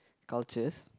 cultures